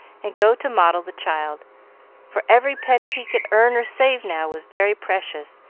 and go to model the child for every penny he could earn or save now was very precious,